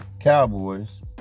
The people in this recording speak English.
Cowboys